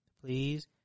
please